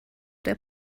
der